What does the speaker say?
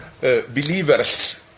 believers